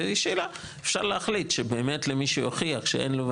אפשר להחליט שמי שיוכיח שאין לו,